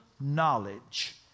knowledge